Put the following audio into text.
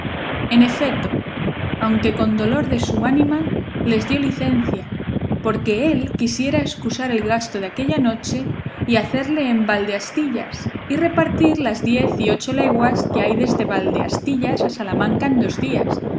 en efeto aunque con dolor de su ánima les dio licencia porque él quisiera escusar el gasto de aquella noche y hacerle en valdeastillas y repartir las diez y ocho leguas que hay desde valdeastillas a salamanca en dos días